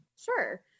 Sure